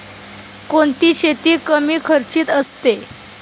कोणती शेती कमी खर्चाची असते?